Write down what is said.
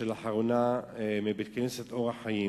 שם לאחרונה בבית-כנסת "אור החיים"